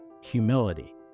humility